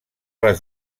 les